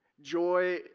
Joy